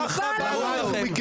ככה בא לך.